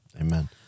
Amen